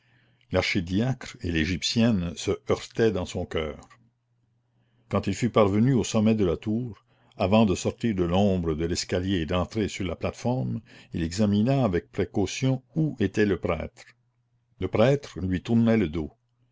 l'archidiacre et l'égyptienne se heurtaient dans son coeur quand il fut parvenu au sommet de la tour avant de sortir de l'ombre de l'escalier et d'entrer sur la plate-forme il examina avec précaution où était le prêtre le prêtre lui tournait le dos